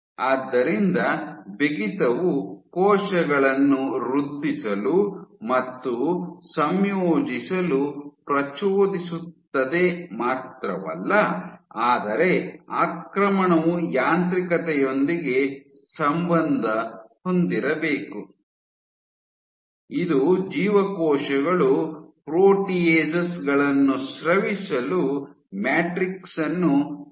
ಆದ್ದರಿಂದ ಬಿಗಿತವು ಕೋಶಗಳನ್ನು ವೃದ್ಧಿಸಲು ಮತ್ತು ಸಂಯೋಜಿಸಲು ಪ್ರಚೋದಿಸುತ್ತದೆ ಮಾತ್ರವಲ್ಲ ಆದರೆ ಆಕ್ರಮಣವು ಯಾಂತ್ರಿಕತೆಯೊಂದಿಗೆ ಸಂಬಂಧ ಹೊಂದಿರಬೇಕು ಇದು ಜೀವಕೋಶಗಳು ಪ್ರೋಟಿಯೇಸಸ್ ಗಳನ್ನು ಸ್ರವಿಸಲು ಮ್ಯಾಟ್ರಿಕ್ಸ್ ಅನ್ನು ಕೆಳಮಟ್ಟಕ್ಕಿಳಿಸುತ್ತದೆ